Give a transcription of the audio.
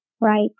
right